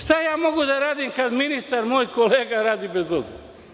Šta ja mogu da radim kad ministar moj kolega radi bez dozvole?